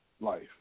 life